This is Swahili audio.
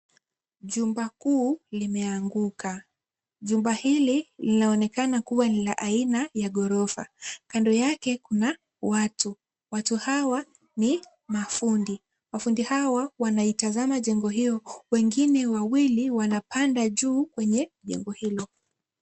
Jumba kuu limeanguka, jumba hili linaonekana kuwa ni aina ya ghorofa. Kando yake kuna watu, watu hawa ni mafundi. Mafundi hawa wanaitazama jengo hiyo wengine wawili wanapanda juu kwenye jengo hilo.